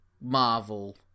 Marvel